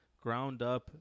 ground-up